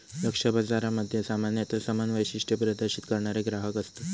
लक्ष्य बाजारामध्ये सामान्यता समान वैशिष्ट्ये प्रदर्शित करणारे ग्राहक असतत